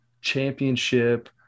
championship